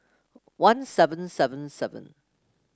one seven seven seven